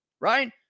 right